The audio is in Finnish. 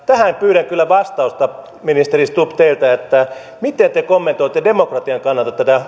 tähän kyllä pyydän vastausta ministeri stubb teiltä että miten te kommentoitte demokratian kannalta tätä